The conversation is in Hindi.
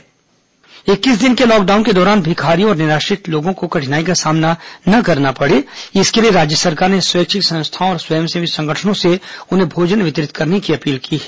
कोरोना समाज कल्याण इक्कीस दिन के लॉकडाउन के दौरान भिखारियों और निराश्रित लोगों को कठिनाई का सामना न करना पड़े इसके लिए राज्य सरकार ने स्वैच्छिक संस्थाओं और स्वयंसेवी संगठनों से उन्हें भोजन वितरित करने की अपील की है